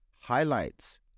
highlights